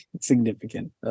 Significant